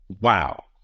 Wow